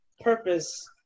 purpose